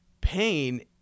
pain